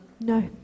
no